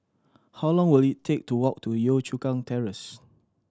how long will it take to walk to Yio Chu Kang Terrace